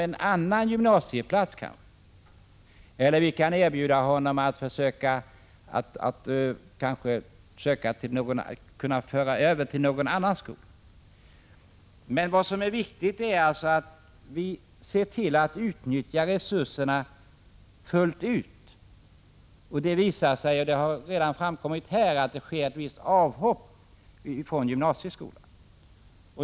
Vi kan kanske erbjuda dem annan gymnasieplats, eller föra över dem till någon annan skola. Det är alltså viktigt att vi ser till att utnyttja resurserna fullt ut. Det visar sig — och det har redan anförts här — att det sker ett visst antal avhopp från gymnasieskolan.